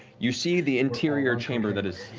you see the interior chamber that is